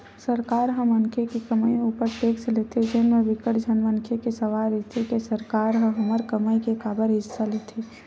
सरकार ह मनखे के कमई उपर टेक्स लेथे जेन म बिकट झन मनखे के सवाल रहिथे के सरकार ह हमर कमई के काबर हिस्सा लेथे